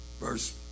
Verse